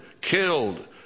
killed